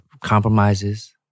compromises